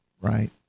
right